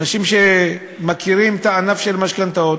אנשים שמכירים את הענף של המשכנתאות.